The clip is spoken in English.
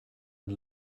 and